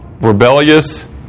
rebellious